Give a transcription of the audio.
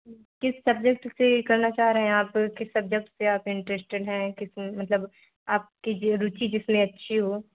किस सबजेक्ट से यह करना चाह रहे हैं आप किस सबजेक्ट से आप इंट्रेस्टेड हैं किस मतलब आपकी जो रुचि जिसमें अच्छी हो